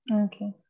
Okay